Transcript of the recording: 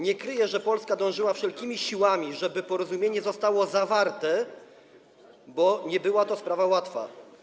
Nie kryję, że Polska dążyła wszelkimi siłami, żeby porozumienie zostało zawarte, bo nie była to sprawa łatwa.